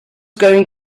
going